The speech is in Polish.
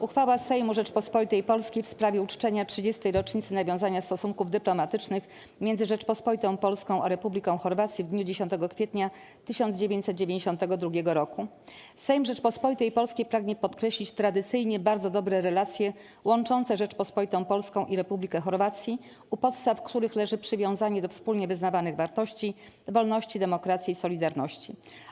Uchwała Sejmu Rzeczypospolitej Polskiej w sprawie uczczenia 30. rocznicy nawiązania stosunków dyplomatycznych między Rzecząpospolitą Polską a Republiką Chorwacji w dniu 10 kwietnia 1992 r. Sejm Rzeczypospolitej Polskiej pragnie podkreślić tradycyjnie bardzo dobre relacje łączące Rzeczpospolitą Polską i Republikę Chorwacji, u podstaw których leży przywiązanie do wspólnie wyznawanych wartości - wolności, demokracji i solidarności.